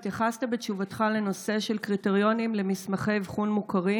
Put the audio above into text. התייחסת בתשובתך לנושא של קריטריונים למסמכי אבחון מוכרים,